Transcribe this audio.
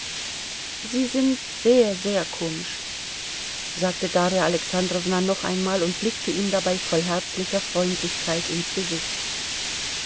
sie sind sehr sehr komisch sagte darja alexandrowna noch einmal und blickte ihm dabei voll herzlicher freundlichkeit ins gesicht